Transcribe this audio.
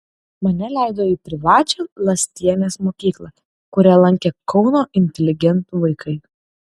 mane leido į privačią lastienės mokyklą kurią lankė kauno inteligentų vaikai